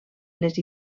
les